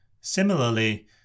Similarly